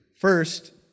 First